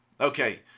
Okay